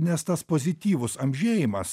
nes tas pozityvus amžėjimas